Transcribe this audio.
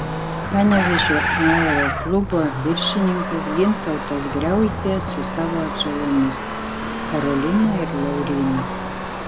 panevėžio aeroklubo viršininkas gintautas griauzdė su savo atžalomis karolina ir laurynu